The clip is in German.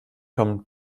kommen